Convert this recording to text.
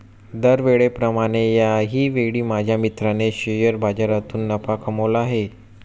दरवेळेप्रमाणे याही वेळी माझ्या मित्राने शेअर बाजारातून नफा कमावला आहे